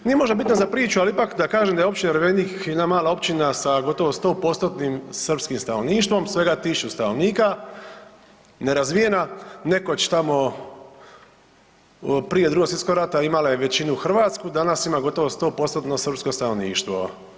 Nije možda bitno za priču, ali ipak da kažem da je Općina Ervenik jedna mala općina sa gotovo 100%-nim srpskim stanovništvom, svega tisuću stanovnika, nerazvijena, nekoć tamo prije II. svjetskog rata imala je većinu hrvatsku, danas ima gotovo 100%-tno srpsko stanovništvo.